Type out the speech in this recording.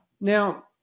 Now